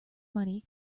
money